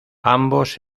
ambos